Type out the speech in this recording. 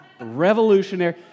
Revolutionary